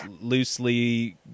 loosely